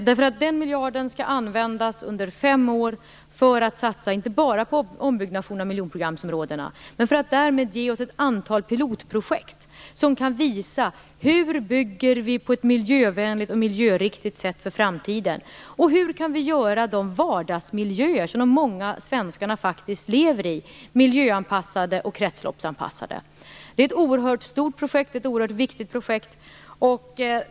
Den miljarden skall nämligen användas under fem år - inte bara till att satsas på ombyggnation av miljonprogramområdena utan till att därmed ge oss ett antal pilotprojekt som kan visa hur vi skall bygga på ett miljövänligt och miljöriktigt sätt för framtiden. Hur kan vi göra de vardagsmiljöer som många svenskar lever i miljöanpassade och kretsloppsanpassade? Det är ett oerhört stort och viktigt projekt.